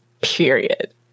period